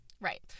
Right